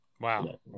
Wow